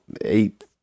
eight